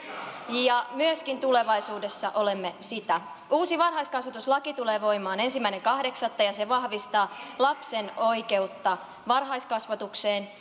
ja myöskin tulevaisuudessa olemme sitä uusi varhaiskasvatuslaki tulee voimaan ensimmäinen kahdeksatta ja se vahvistaa lapsen oikeutta varhaiskasvatukseen